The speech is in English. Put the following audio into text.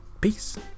Peace